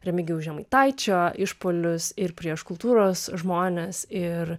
remigijaus žemaitaičio išpuolius ir prieš kultūros žmones ir